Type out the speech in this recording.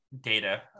data